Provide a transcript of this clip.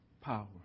power